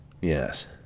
Yes